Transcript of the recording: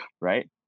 right